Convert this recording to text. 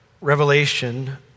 Revelation